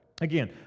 Again